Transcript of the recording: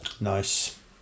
Nice